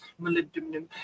molybdenum